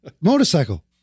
Motorcycle